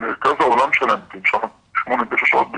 מרכז העולם שלהם, כי הם שם שמונה-תשע שעות ביום,